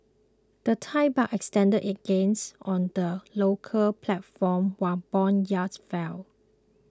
the Thai Baht extended its gains on the local platform while bond yields fell